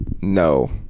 No